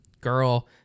girl